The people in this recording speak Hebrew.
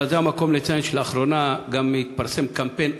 אבל זה המקום לציין שלאחרונה גם התפרסם קמפיין אוהד: